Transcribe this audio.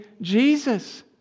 Jesus